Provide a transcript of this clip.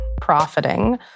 profiting